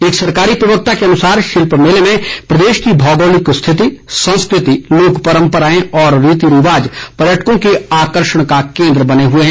एक सरकारी प्रवक्ता के अनुसार शिल्प मेले में प्रदेश की भौगोलिक स्थिति संस्कृति लोक परम्पराएं और रीति रिवाज पर्यटकों के आकर्षण का केन्द्र बने हुए हैं